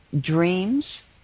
dreams